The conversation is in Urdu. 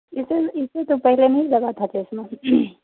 اسی اس سے تو پہلے نہیں لگا تھا چشمہ